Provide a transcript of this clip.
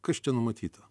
kas čia numatyta